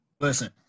Listen